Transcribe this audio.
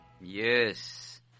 Yes